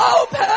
open